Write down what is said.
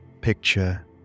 picture